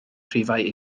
rhifau